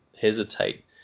hesitate